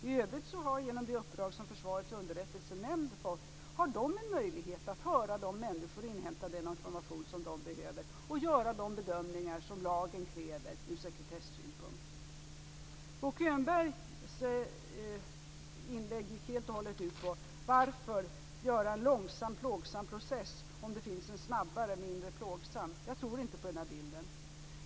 I övrigt har Försvarets underrättelsenämnd, genom det uppdrag man fått, en möjlighet att höra de människor och inhämta den information som man behöver och göra de bedömningar som lagen kräver ur sekretessynpunkt. Bo Könbergs inlägg gick helt och hållet ut på att man inte skall göra processen långsam och plågsam om det finns en snabbare och mindre plågsam process. Jag tror inte på den bilden.